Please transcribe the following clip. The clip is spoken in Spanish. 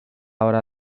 hora